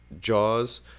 Jaws